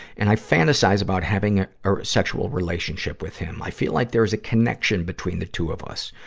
and i fantasize about having a sexual relationship with him. i feel like there is a connection between the two of us.